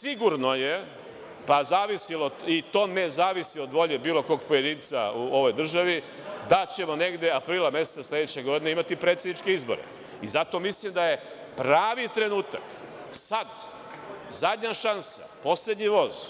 Sigurno je, ne zavisi od volje bilo kog pojedinca u ovoj državi da ćemo negde aprila meseca sledeće godine imati predsedniče izbore i zato mislim da je pravi trenutak, sad, zadnja šansa, poslednji voz